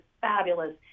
fabulous